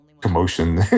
commotion